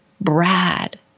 Brad